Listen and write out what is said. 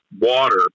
water